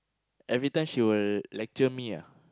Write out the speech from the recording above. every time she will lecture me